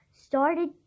started